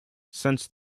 since